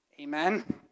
Amen